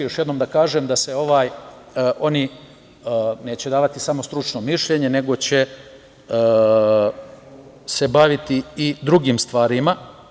Još jednom da kažem da oni neće davati samo stručno mišljenje nego će se baviti i drugim stvarima.